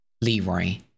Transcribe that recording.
Leroy